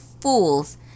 fools